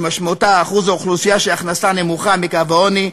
שמשמעותה שיעור האוכלוסייה שהכנסתה נמוכה מקו העוני,